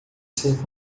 ser